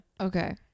Okay